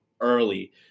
early